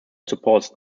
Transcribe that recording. supports